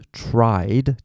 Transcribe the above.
tried